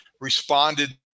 responded